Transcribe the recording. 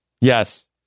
Yes